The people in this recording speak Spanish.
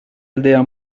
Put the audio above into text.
aldea